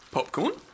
Popcorn